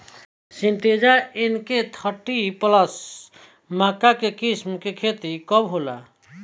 Syngenta N K thirty plus मक्का के किस्म के खेती कब होला?